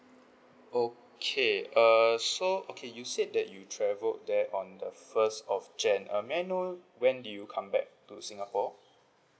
okay err so okay you said that you travelled there on the first of jan~ uh may I know when did you come back to singapore